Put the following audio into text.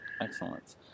Excellent